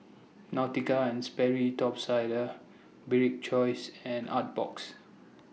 Nautica and Sperry Top Sider Bibik's Choice and Artbox